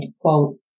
quote